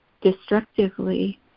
destructively